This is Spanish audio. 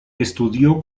estudió